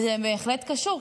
וזה בהחלט קשור,